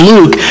Luke